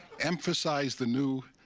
emphasize the new,